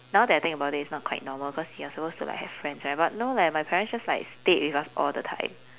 now that I think about it it's not quite normal because you are supposed to like have friends right but no like my parents just like stayed with us all the time